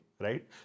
right